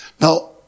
Now